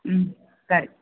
ಹ್ಞೂ ಸರಿ